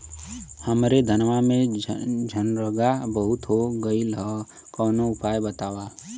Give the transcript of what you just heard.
हमरे धनवा में झंरगा बहुत हो गईलह कवनो उपाय बतावा?